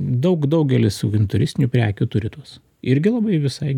daug daugelis turistinių prekių turi tuos irgi labai visai